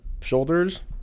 shoulders